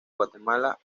guatemala